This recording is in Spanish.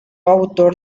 autor